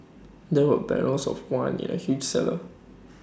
there were barrels of wine in A huge cellar